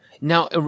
Now